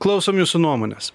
klausom jūsų nuomonės